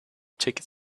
ticket